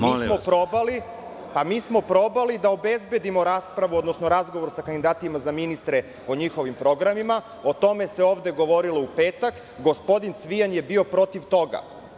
Mi smo probali da obezbedimo raspravu odnosno razgovor sa kandidatima za ministre o njihovim programima, o tome se ovde govorilo u petak, gospodin Cvijan je bio protiv toga.